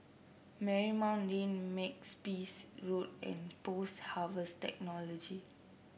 Marymount Lane Makepeace Road and Post Harvest Technology